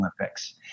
Olympics